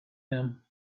him